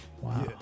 Wow